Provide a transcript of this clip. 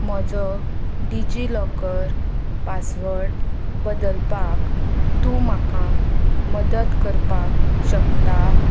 म्हजो DigiLocker password बदलपाक तूं म्हाका मदत करपाक शकता